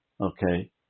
okay